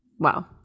Wow